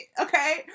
okay